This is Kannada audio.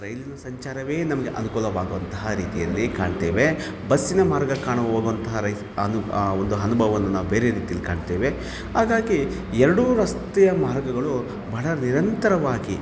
ರೈಲು ಸಂಚಾರವೇ ನಮಗೆ ಅನುಕೂಲವಾಗುವಂತಹ ರೀತಿಯಲ್ಲಿ ಕಾಣ್ತೇವೆ ಬಸ್ಸಿನ ಮಾರ್ಗ ಕಾಣುವವಂಥ ರೈ ಅದು ಆ ಒಂದು ಅನುಭವವನ್ನ ನಾವು ಬೇರೆ ರೀತಿಯಲ್ಲಿ ಕಾಣ್ತೇವೆ ಹಾಗಾಗಿ ಎರಡೂ ರಸ್ತೆಯ ಮಾರ್ಗಗಳು ಭಾಳ ನಿರಂತರವಾಗಿ